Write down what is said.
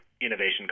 innovation